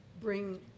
bring